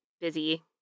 busy